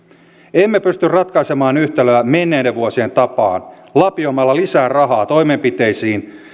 emme pysty ratkaisemaan yhtälöä menneiden vuosien tapaan lapioimalla lisää rahaa toimenpiteisiin